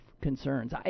concerns